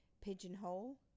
Pigeonhole